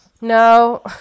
No